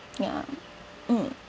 ya mm